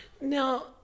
Now